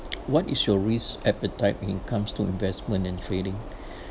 what is your risk appetite when it comes to investment and failing